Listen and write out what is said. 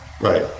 Right